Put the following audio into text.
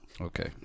okay